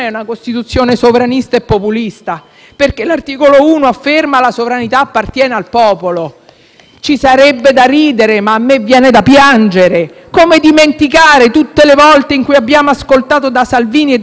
Ci sarebbe da ridere, ma a me viene da piangere. Come dimenticare tutte le volte in cui abbiamo ascoltato da Salvini e da altri esponenti del Governo che tutto è concesso a chi ha dalla sua parte 60 milioni di italiani.